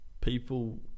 people